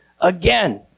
again